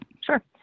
Sure